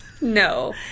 No